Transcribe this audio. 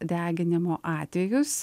deginimo atvejus